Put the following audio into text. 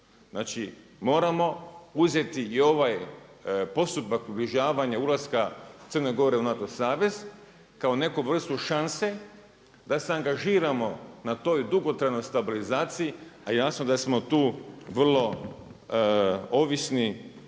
Znači moramo uzeti i ovaj posudba približavanja ulaska Crne Gore u NATO savez kao neku vrstu šanse da se angažiramo na toj dugotrajnoj stabilizaciji, a jasno da smo tu vrlo ovisni